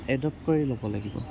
adopt কৰি ল'ব লাগিব